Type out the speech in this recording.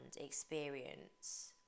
experience